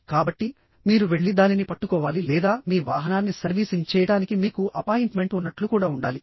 కాబట్టిమీరు వెళ్లి దానిని పట్టుకోవాలి లేదా మీ వాహనాన్ని సర్వీసింగ్ చేయడానికి మీకు అపాయింట్మెంట్ ఉన్నట్లు కూడా ఉండాలి